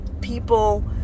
people